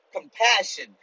compassion